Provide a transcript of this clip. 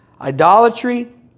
idolatry